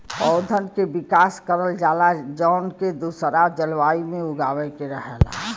पौधन के विकास करल जाला जौन के दूसरा जलवायु में उगावे के रहला